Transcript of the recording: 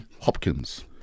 Hopkins